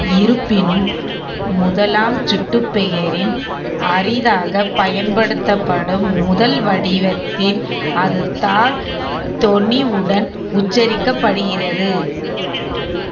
இருப்பினும் முதலாம் சுட்டுபெயரின் அரிதாகப் பயன்படுத்தப்படும் முதல் வடிவத்தில் அது தாழ் தொனியுடன் உச்சரிக்கப்படுகிறது